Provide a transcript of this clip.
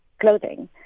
clothing